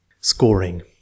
Scoring